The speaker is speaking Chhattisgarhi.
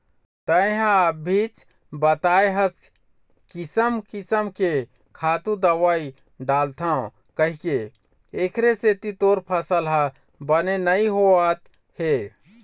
तेंहा अभीच बताए हस किसम किसम के खातू, दवई डालथव कहिके, एखरे सेती तोर फसल ह बने नइ होवत हे